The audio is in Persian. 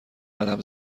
قدم